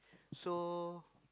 so